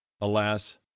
alas